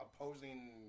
opposing